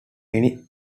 many